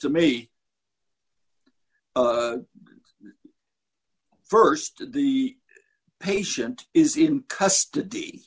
to me first the patient is in custody